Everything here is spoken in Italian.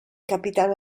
capitan